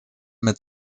mit